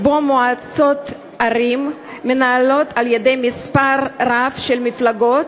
שבו מועצות ערים מנוהלות על-ידי מספר רב של מפלגות,